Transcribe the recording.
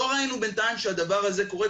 לא ראינו בינתיים שהדבר הזה קורה.